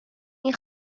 این